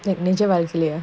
like measurise it